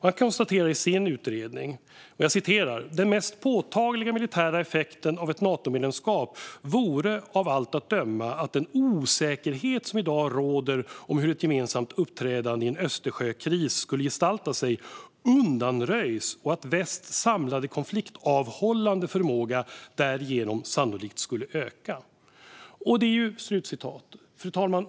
Han konstaterar följande i sin utredning: "Den mest påtagliga militära effekten av ett Natomedlemskap vore av allt att döma att den osäkerhet som i dag råder om hur ett gemensamt uppträdande i en Östersjökris skulle gestalta sig, undanröjs och att västs samlade konfliktavhållande förmåga därigenom sannolikt skulle öka." Fru talman!